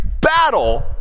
battle